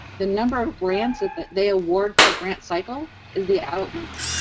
the number of grants that that they award per grant cycle is the outcome.